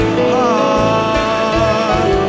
heart